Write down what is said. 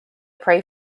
pray